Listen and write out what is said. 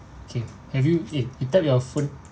K have you eh you tap your phone